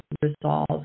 resolve